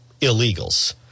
illegals